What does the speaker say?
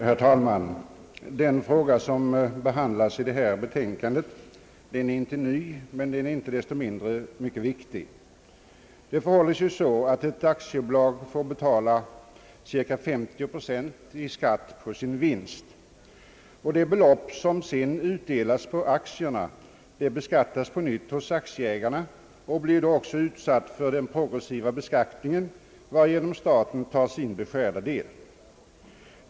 Herr talman! Den fråga som behandlas i detta betänkande är inte ny, men den är inte desto mindre mycket viktig. Ett aktiebolag får betala cirka 50 procent i skatt på sin vinst. Det belopp som sedan utdelas på aktierna beskattas på nytt hos aktieägarna och blir då också utsatt för den progressiva beskattningen, varigenom staten tar sin beskärda del.